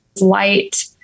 light